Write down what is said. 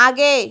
आगे